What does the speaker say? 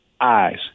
eyes